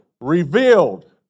Revealed